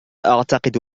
أعتقد